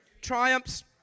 triumphs